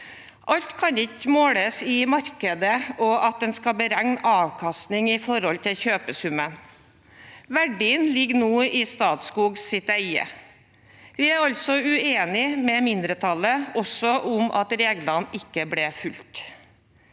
Alt kan ikke måles i markedet og at en skal beregne avkastning i forhold til kjøpesummen. Verdien ligger nå i Statskogs eie. Vi er altså uenig med mindretallet også om at reglene ikke ble fulgt.